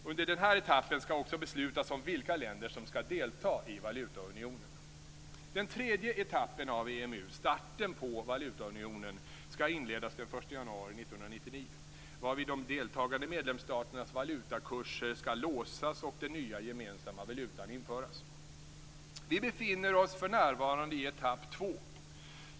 Under denna etapp skall också beslutas om vilka länder som skall delta i valutaunionen. Den tredje etappen av EMU, starten på valutaunionen, skall inledas den 1 januari 1999, varvid de deltagande medlemsstaternas valutakurser skall låsas och den nya gemensamma valutan införas. Vi befinner oss för närvarande i etapp 2.